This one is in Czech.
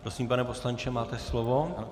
Prosím, pane poslanče, máte slovo.